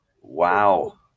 Wow